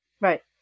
right